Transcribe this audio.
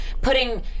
putting